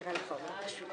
בנושא: